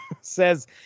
says